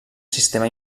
sistema